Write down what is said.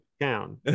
town